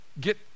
get